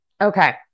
Okay